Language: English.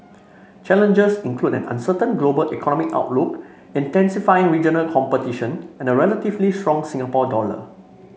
challenges include an uncertain global economic outlook intensifying regional competition and a relatively strong Singapore dollar